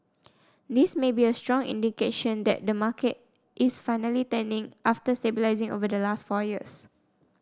this may be a strong indication that the market is finally turning after stabilising over the last four years